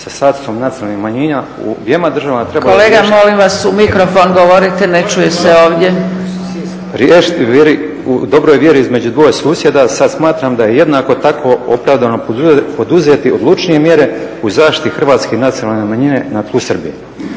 sa … nacionalnih manjina u dvjema državama… … /Upadica Zgrebec: Kolega, molim vas u mikrofon govorite. Ne čuje se ovdje./ …… riješiti u dobroj vjeri između dvoje susjeda, sad smatram da je jednako tako opravdano poduzeti odlučnije mjere u zaštiti hrvatskih nacionalnih manjina na tlu Srbije.